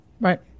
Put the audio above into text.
right